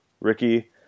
ricky